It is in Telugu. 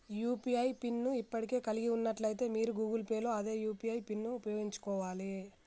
యూ.పీ.ఐ పిన్ ను ఇప్పటికే కలిగి ఉన్నట్లయితే మీరు గూగుల్ పే లో అదే యూ.పీ.ఐ పిన్ను ఉపయోగించుకోవాలే